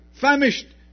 famished